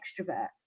extrovert